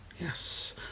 Yes